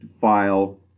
file